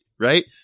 Right